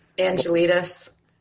Angelita's